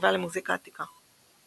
והפסטיבל למוזיקה עתיקה.